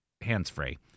hands-free